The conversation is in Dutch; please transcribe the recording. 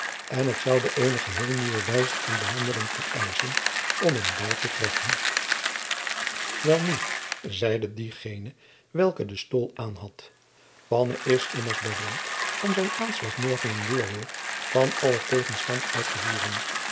en het zoude eene geheel nieuwe wijze van behandeling vereischen om hem dààr te treffen welnu zeide diegene welke de stool aanhad panne is immers bereid om zijn aanslag morgen in weerwil van allen tegenstand uittevoeren de volkomen